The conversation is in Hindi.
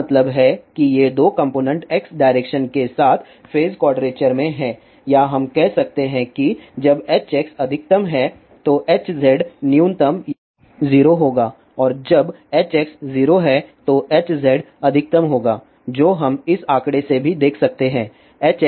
इसका मतलब है कि ये दो कॉम्पोनेन्ट x डायरेक्शन के साथ फेज क्वाडरेचर में हैं या हम कह सकते हैं कि जब Hx अधिकतम है तो Hz न्यूनतम या 0 होगा और जब Hx 0 है तो Hz अधिकतम होगा जो हम इस आंकड़े से भी देख सकते हैं